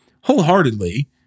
wholeheartedly